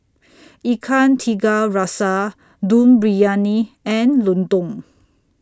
Ikan Tiga Rasa Dum Briyani and Lontong